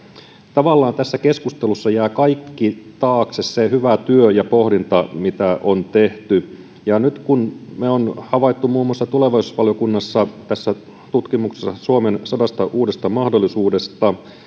tavallaan tässä keskustelussa jää taakse kaikki se hyvä työ ja pohdinta mitä on tehty ja nyt kun me olemme havainneet muun muassa tulevaisuusvaliokunnassa tutkimuksessa suomen sadasta uudesta mahdollisuudesta